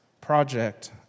project